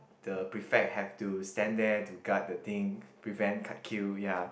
the prefect have to stand there to guard the thing to prevent cut queue ya